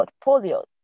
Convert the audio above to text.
portfolio